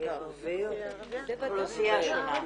אוכלוסייה שונה.